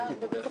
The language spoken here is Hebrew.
מה בעצם